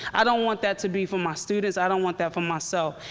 i don't want that to be for my students. i don't want that for myself.